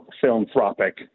philanthropic